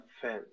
fence